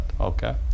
okay